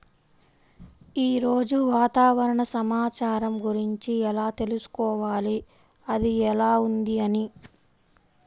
ఈరోజు వాతావరణ సమాచారం గురించి ఎలా తెలుసుకోవాలి అది ఎలా ఉంది అని?